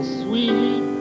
sweet